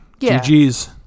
ggs